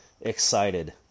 excited